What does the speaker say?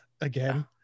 again